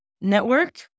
Network